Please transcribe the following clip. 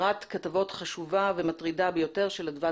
סדרת כתבות חשובה ומטרידה ביותר של אדווה